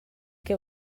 què